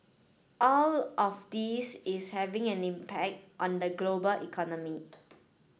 all of this is having an impact on the global economy